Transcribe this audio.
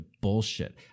bullshit